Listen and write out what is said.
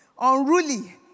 Unruly